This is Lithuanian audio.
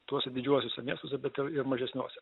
tuose didžiuosiuose miestuose bet ir mažesniuose